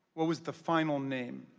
what was the final name?